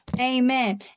Amen